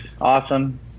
Awesome